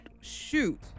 Shoot